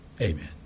Amen